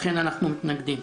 לכן אנחנו מתנגדים.